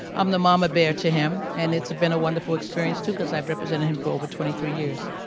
i'm the mama bear to him. and it's been a wonderful experience too cause i've represented him for over twenty three years.